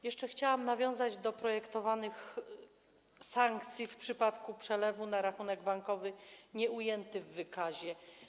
Jeszcze chciałam nawiązać do projektowanych sankcji w przypadku przelewu na rachunek bankowy nieujęty w wykazie.